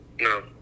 No